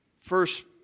first